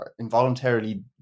Involuntarily